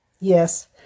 Yes